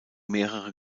mehrere